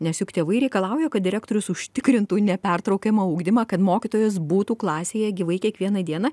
nes juk tėvai reikalauja kad direktorius užtikrintų nepertraukiamą ugdymą kad mokytojas būtų klasėje gyvai kiekvieną dieną